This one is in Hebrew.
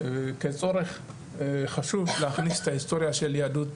כצורך חשוב להכניס את ההיסטוריה של יהדות